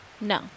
No